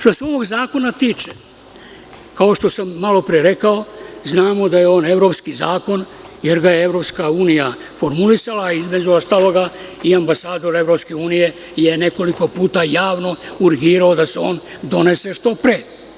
Što se ovog zakona tiče, kao što sam malopre rekao, znamo da je ovo evropski zakon, jer ga je EU formulisala i ambasador EU je nekoliko puta javno urgirao da se on donese što pre.